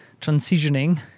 transitioning